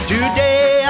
Today